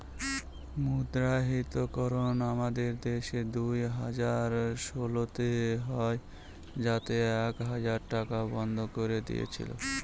মুদ্রাহিতকরণ আমাদের দেশে দুই হাজার ষোলোতে হয় যাতে এক হাজার টাকা বন্ধ করে দিয়েছিল